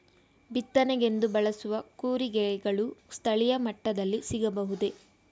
ಬಿತ್ತನೆಗೆಂದು ಬಳಸುವ ಕೂರಿಗೆಗಳು ಸ್ಥಳೀಯ ಮಟ್ಟದಲ್ಲಿ ಸಿಗಬಹುದೇ?